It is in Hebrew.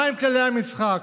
מהם כללי המשחק,